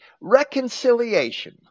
reconciliation